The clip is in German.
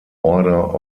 order